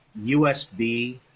usb